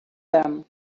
them